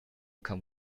come